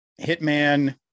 Hitman